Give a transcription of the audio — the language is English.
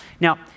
Now